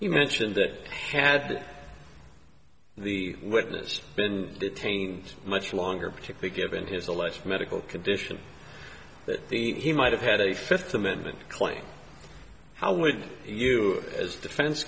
he mentioned that had the witness been detained much longer particular given his a less medical condition that he might have had a fifth amendment claim how would you as defense